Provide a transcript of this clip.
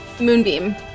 moonbeam